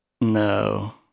No